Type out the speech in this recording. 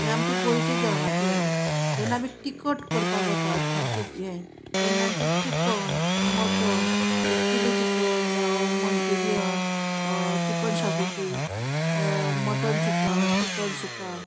हें आमचें गोंयचें जेवणाचे हें जालें जेन्ना आमी तिखट करपाक वतात सामके हें तेन्ना आमचें चिकन मटन एक चिली चिकन जावं Manchurian chicken xacuti mutton sukka chicken सुका